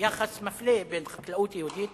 יחס מפלה בין חקלאות יהודית